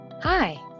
Hi